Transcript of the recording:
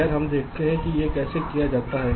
खैर हम देखते हैं कि यह कैसे किया जाता है